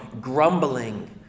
grumbling